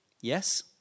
Yes